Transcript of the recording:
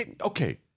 okay